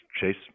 chase